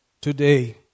today